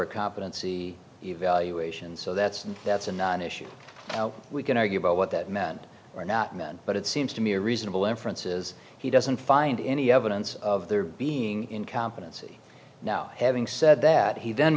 a competency evaluation so that's that's a non issue we can argue about what that meant or not meant but it seems to me a reasonable inference is he doesn't find any evidence of there being incompetency now having said that he then